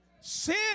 Sin